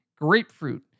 grapefruit